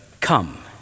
come